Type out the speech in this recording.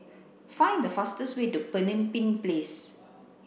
find the fastest way to Pemimpin Place